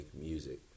music